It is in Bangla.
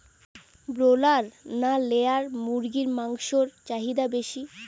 ব্রলার না লেয়ার মুরগির মাংসর চাহিদা বেশি?